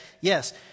Yes